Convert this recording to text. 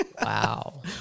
Wow